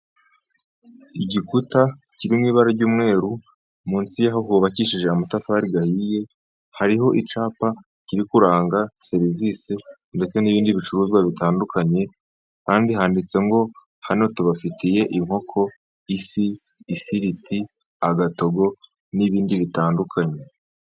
Igikuta kimwe mu ibara ry'umweru, munsi yaho hubakishije amatafari ahiye. Hariho icyapa kiri kuranga serivisi ndetse n'ibindi bicuruzwa bitandukanye, kandi handitse ngo hano tubafitiye inkoko, ifi, ifiriti, agatogo n'ibindi bitandukanye.